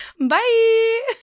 Bye